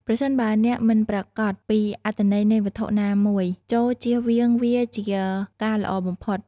ប្រសិនបើអ្នកមិនប្រាកដពីអត្ថន័យនៃវត្ថុណាមួយ ចូរជៀសវាងវាជាការល្អបំផុត។